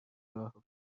راهو